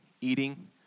eating